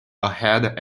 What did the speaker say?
ahead